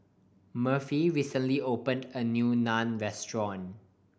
Murphy recently opened a new Naan Restaurant